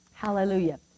Hallelujah